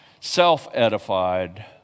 self-edified